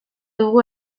dugu